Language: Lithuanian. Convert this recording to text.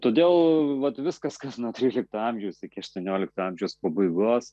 todėl vat viskas kas nuo trylikto amžiaus iki aštuoniolikto amžiaus pabaigos